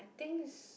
things